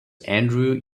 andrew